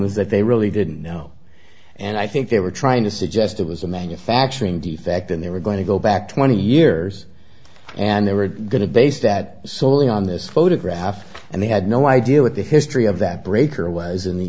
is that they really didn't know and i think they were trying to suggest it was a manufacturing defect and they were going to go back twenty years and they were going to base that solely on this photograph and they had no idea what the history of that breaker was in the